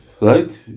Right